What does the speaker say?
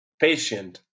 patient